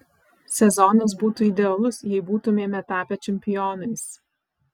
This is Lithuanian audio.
sezonas būtų idealus jei būtumėme tapę čempionais